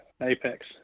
apex